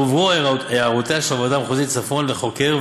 הועברו הערותיה של הוועדה המחוזית צפון לחוקר,